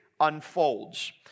unfolds